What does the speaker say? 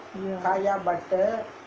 ya